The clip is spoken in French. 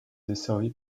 desservie